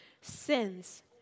sins